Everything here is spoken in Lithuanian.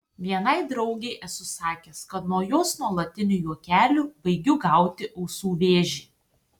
vienai draugei esu sakęs kad nuo jos nuolatinių juokelių baigiu gauti ausų vėžį